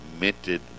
minted